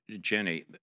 Jenny